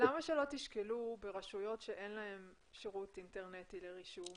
למה שלא תשקלו ברשויות שאין להן שירות אינטרנטי לרישום